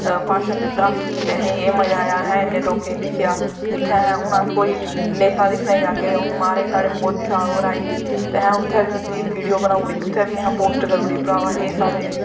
भाशन दित्ता ते असें एह् मज़ा आया अस इन्ने लोकें ई दिक्खेआ इत्थैं असैं हून कोई नेत्ता दिक्खनें गी जाह्गे माराज साढ़े मोदी होर आईये ते असैं उत्थें बी उंदी वीडियो बनाई ओड़ी उत्थै बी असें पोस्ट करी ओड़ी भ्रावा